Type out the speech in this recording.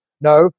No